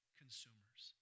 consumers